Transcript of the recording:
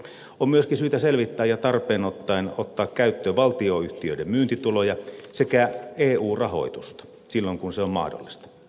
on myöskin syytä selvittää ja tarpeen tullen ottaa käyttöön valtionyhtiöiden myyntituloja sekä eu rahoitusta silloin kun se on mahdollista